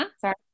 Sorry